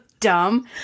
dumb